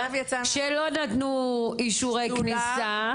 שלא נתנו אישורי כניסה.